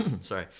Sorry